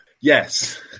Yes